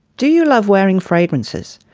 do you love wearing fragrances?